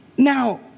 Now